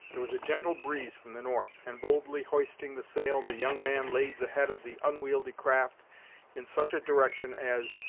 there was a gentle breeze from the north, and boldly hoisting the sail, the young man laid the head of the unwieldy craft in such a direction, as,